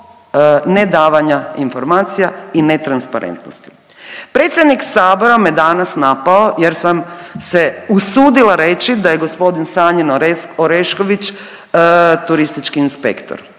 nedavanja informacija i netransparentnosti. Predsjednik Sabora me danas napao jer sam se usudila reći da je gospodin Sanjin Orešković turistički inspektor.